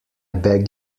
beg